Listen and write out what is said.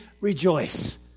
rejoice